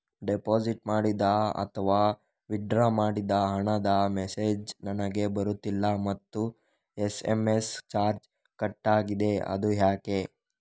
Deposit ಮಾಡಿದ ಅಥವಾ withdraw ಮಾಡಿದ ಹಣದ ಮೆಸೇಜ್ ನನಗೆ ಬರುತ್ತಿಲ್ಲ ಮತ್ತು ಎಸ್.ಎಂ.ಎಸ್ ಚಾರ್ಜ್ ಕಟ್ಟಾಗಿದೆ ಅದು ಯಾಕೆ?